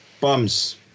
Bums